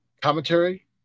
commentary